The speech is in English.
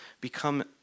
become